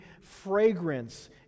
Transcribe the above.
fragrance